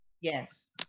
Yes